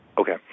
Okay